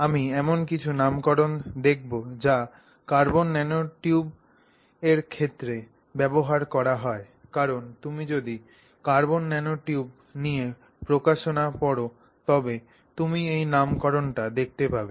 আমি এমন কিছু নামকরণ দেখব যা কার্বন ন্যানোটিউবসের ক্ষেত্রে ব্যবহার করা হয় কারণ তুমি যদি কার্বন ন্যানোটিউবস নিয়ে প্রকাশনা পড় তবে তুমি এই নামকরণটি দেখতে পাবে